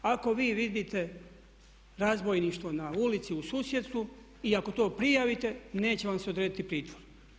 Ako vi vidite razbojništvo na ulici u susjedstvu i ako to prijavite neće vam se odrediti pritvor.